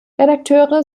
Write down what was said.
redakteure